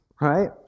right